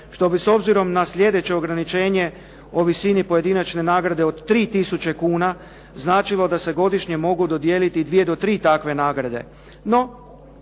što bi s obzirom na sljedeće ograničenje o visini pojedinačne nagrade od 3 tisuće kuna značilo da se godišnje mogu dodijeliti 2 do 3 takve nagrade.